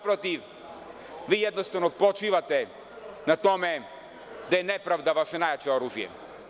Naprotiv, vi jednostavno počivate na tome da je nepravda vaše najjače oružje.